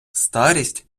старість